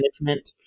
management